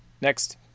next